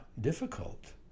difficult